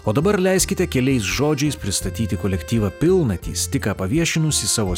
o dabar leiskite keliais žodžiais pristatyti kolektyvą pilnatys tik ką paviešinusį savo